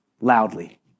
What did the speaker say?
loudly